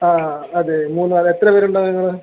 ആ അതെ മൂന്നാർ എത്ര പേരുണ്ടാവും നിങ്ങൾ